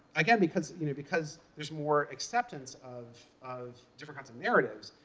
again, because you know because there's more acceptance of of different kinds of narratives,